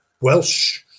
Welsh